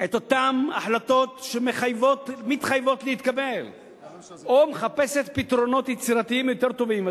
את אותן החלטות שמתחייב לקבל או מחפשת פתרונות יצירתיים יותר טובים.